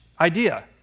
idea